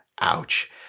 ouch